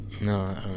No